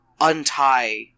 untie